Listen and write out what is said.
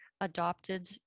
adopted